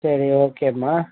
சரி ஓகே மா